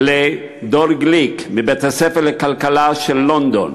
לדור גליק מבית-הספר לכלכלה של לונדון,